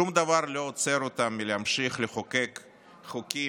שום דבר לא עוצר אותם מלהמשיך לחוקק חוקים,